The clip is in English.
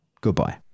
Goodbye